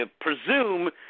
presume